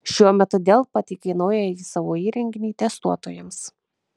šiuo metu dell pateikė naująjį savo įrenginį testuotojams